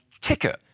ticker